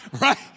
Right